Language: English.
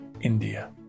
India